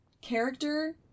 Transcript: character